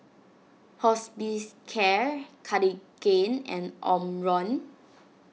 Hospicare Cartigain and Omron